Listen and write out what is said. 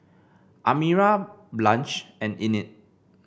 Amira Blanch and Enid